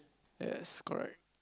yes correct